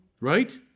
Right